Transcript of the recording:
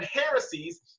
Heresies